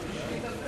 זכאות לרשיון),